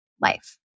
life